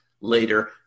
Later